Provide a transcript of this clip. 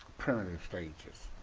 primitive stages.